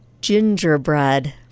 Gingerbread